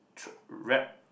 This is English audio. rap